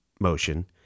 motion